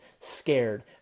scared